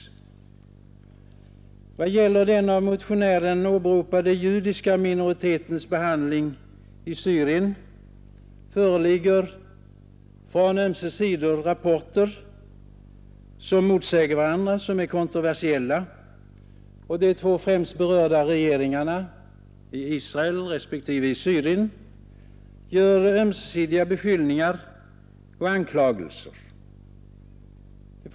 Vad gäller den av motionärerna åberopade judiska minoritetens behandling i Syrien föreligger från ömse sidor rapporter som motsäger varandra och som är kontroversiella. De två främst berörda regeringarna, i Israel respektive i Syrien, har framställt ömsesidiga beskyllningar och anklagelser.